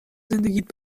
زندگیت